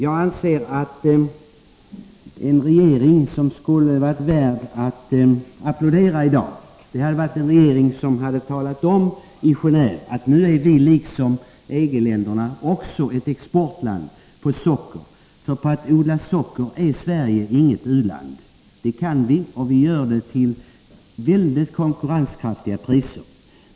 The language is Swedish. Jag anser att regeringen skulle ha varit värd en applåd om den hade talat om i Genéve att nu är vi, precis som EG-länderna, också ett exportland i fråga om socker. För Sverige är inget u-land när det gäller att odla socker. Det kan vi, och vi gör det till mycket konkurrenskraftiga priser.